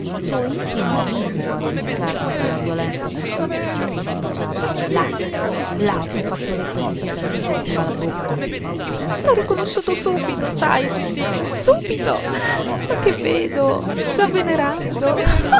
suo intimo amico a giudicarne dalla violenza con cui si sentiva baciato là là sul fazzoletto di seta che gli copriva la bocca t'ho riconosciuto subito sai gigin subito ma che vedo già venerando